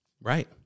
Right